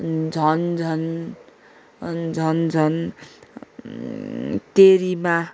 झनझन् झनझन् तेरिमा